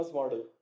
model।